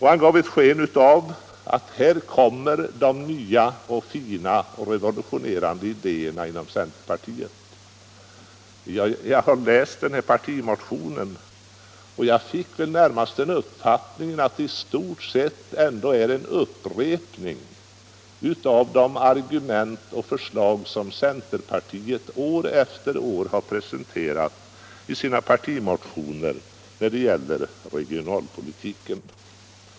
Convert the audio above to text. Han gav sken av att här kommer de nya, fina och revolutionerande idéerna från centerpartiet. Jag fick, när jag läste motionen, närmast uppfattningen att i stort sett innehåller den en upprepning av de argument och förslag som centerpartiet år efter år har presenterat i sina partimotioner rörande regionalpolitiken.